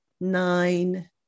nine